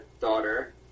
daughter